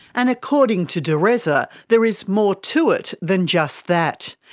and according to dureza, there is more to it than just that.